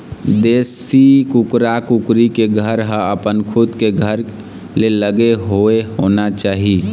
देशी कुकरा कुकरी के घर ह अपन खुद के घर ले लगे हुए होना चाही